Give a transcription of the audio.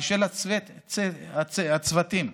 ושל הצוותים,